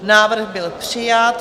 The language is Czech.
Návrh byl přijat.